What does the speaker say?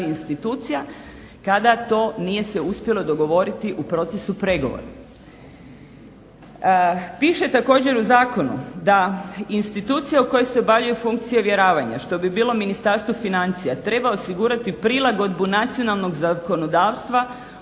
institucija kada se to nije uspjelo dogovoriti u procesu pregovora. Piše također u zakonu da institucija u kojoj se obavljaju funkcije uvjeravanja što bi bilo Ministarstvo financija treba osigurati prilagodbu nacionalnog zakonodavstva